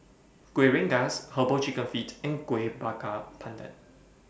Kuih Rengas Herbal Chicken Feet and Kuih Bakar Pandan